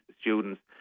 students